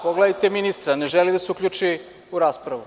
Pogledajte ministra, ne želi da se uključi u raspravu.